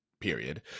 period